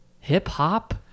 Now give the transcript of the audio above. hip-hop